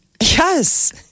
Yes